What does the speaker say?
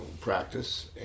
practice